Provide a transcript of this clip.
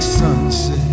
sunset